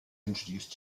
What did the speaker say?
introduced